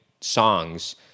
songs